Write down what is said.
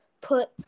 put